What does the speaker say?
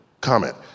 comment